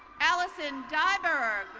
allison dyberg.